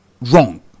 wrong